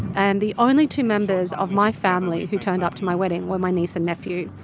and the only two members of my family who turned up to my wedding were my niece and nephew.